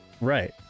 Right